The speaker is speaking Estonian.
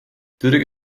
türgi